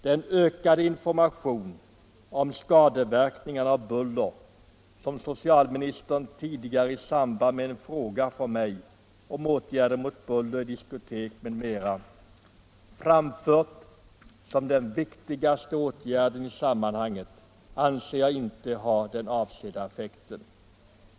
Den ökade information om skadeverkningarna av buller som socialministern tidigare i samband med en fråga från mig om åtgärder mot buller i diskotek m.m. framfört som den viktigaste åtgärden i sammanhanget anser jag inte ha den avsedda effekten.